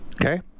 Okay